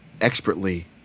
expertly